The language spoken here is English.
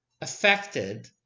affected